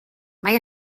mae